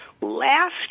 last